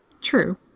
True